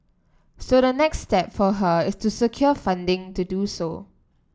so the next step for her is to secure funding to do so